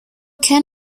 can